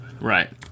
Right